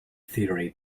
theory